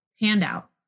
handout